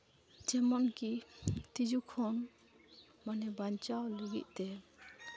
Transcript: ᱡᱮᱢᱚᱱᱠᱤ ᱛᱤᱡᱩ ᱠᱷᱚᱱ ᱢᱟᱱᱮ ᱵᱟᱧᱪᱟᱣ ᱞᱟᱹᱜᱤᱫ ᱛᱮ